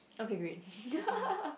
okay great